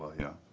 here,